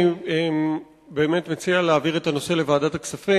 אני באמת מציע להעביר את הנושא לוועדת הכספים.